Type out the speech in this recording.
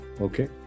okay